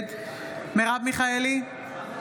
נגד מרב מיכאלי, נגד